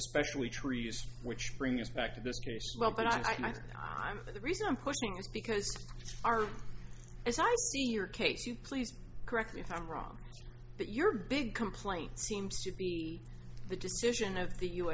especially trees which brings us back to the well but i think i'm the reason i'm pushing is because our as i see your case you please correct me if i'm wrong but your big complaint seems to be the decision of the u